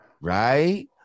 Right